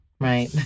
Right